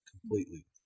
completely